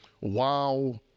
Wow